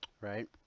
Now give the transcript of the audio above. right